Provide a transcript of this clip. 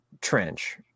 trench